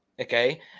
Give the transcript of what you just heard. Okay